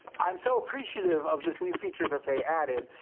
i'm so appreciative of this new feature that they added.